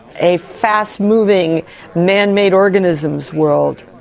a fast-moving man-made organisms world,